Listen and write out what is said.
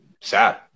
sad